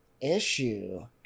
issue